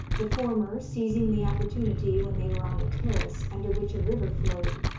the former, seizing the opportunity when they were on a terrace under which a river flowed,